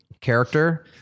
character